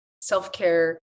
self-care